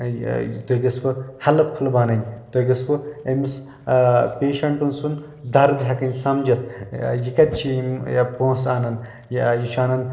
تُہۍ گٔژھوٕ helpful بَنٕنۍ تُہۍ گٔژھوٕ أمِس پیشنٹ سُنٛد درد ہٮ۪کٕنۍ سمجِتھ یہِ کَتہِ چھ یِم پونٛسہٕ اَنان یہِ چھُ اَنان بِچور